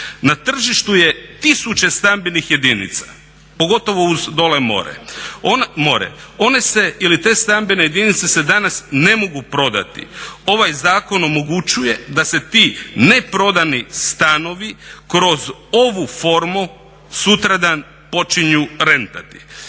Na tržištu je tisuće stambenih jedinica pogotovo uz dole more. One se ili te stambene jedinice se danas ne mogu prodati. Ovaj zakon omogućuje da se ti neprodani stanovi kroz ovu formu sutradan počinju rentati